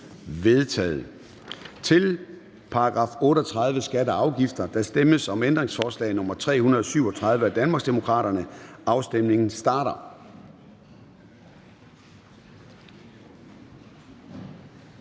forkastet. Det er forkastet. Der stemmes om ændringsforslag nr. 335 af Danmarksdemokraterne. Afstemningen starter.